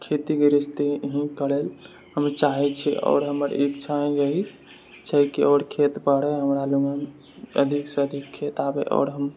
खेती गृहस्थी ही करैलए हम चाहै छी आओर हमर इच्छा इएह छै की आओर खेत बढ़ए हमरा लग अधिकसँ अधिक खेत आबए आओर हम